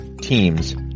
teams